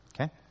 Okay